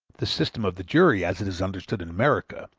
the system of the jury, as it is understood in america,